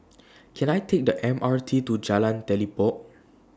Can I Take The M R T to Jalan Telipok